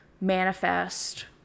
manifest